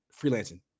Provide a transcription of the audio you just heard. freelancing